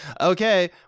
okay